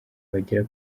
bagera